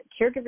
caregivers